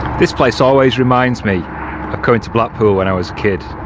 this place always reminds me of going to blackpool when i was kid.